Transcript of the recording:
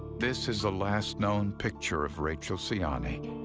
this is the last known picture of rachel siani,